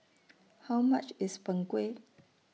How much IS Png Kueh